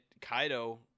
Kaido